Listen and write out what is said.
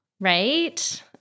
Right